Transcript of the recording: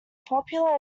popular